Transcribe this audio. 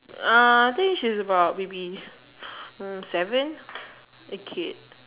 uh I think she's about maybe hmm seven the kid